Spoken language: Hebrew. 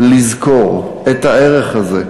לזכור את הערך הזה.